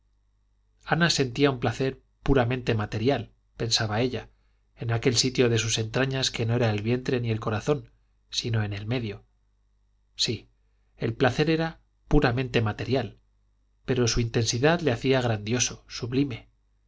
ana sentía un placer puramente material pensaba ella en aquel sitio de sus entrañas que no era el vientre ni el corazón sino en el medio sí el placer era puramente material pero su intensidad le hacía grandioso sublime